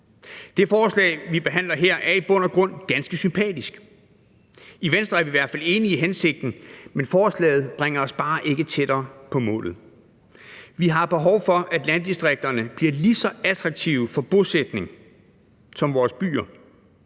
Det forslag, som vi behandler her, er i bund og grund ganske sympatisk. I Venstre er vi i hvert fald enige i hensigten, men forslaget bringer os bare ikke tættere på målet. Vi har behov for, at landdistrikterne bliver lige så attraktive for bosætning som vores byer,